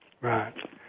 Right